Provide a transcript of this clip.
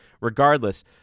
regardless